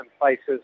places